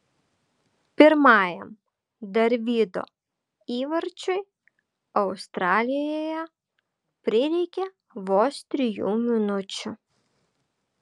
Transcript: pirmajam darvydo įvarčiui australijoje prireikė vos trijų minučių